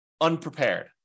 unprepared